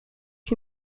ich